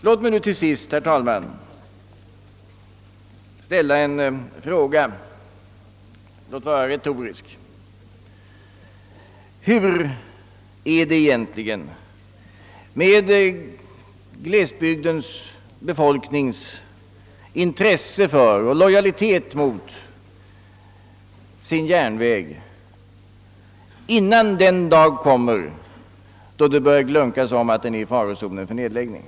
Låt mig till sist, herr talman, fråga, låt vara retoriskt: Hur är det egentligen med glesbygdsbefolkningens intresse för och lojalitet mot sin järnväg innan den dag kommer då det börjar glunkas om att den eventuellt skall läggas ned?